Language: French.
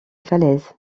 falaises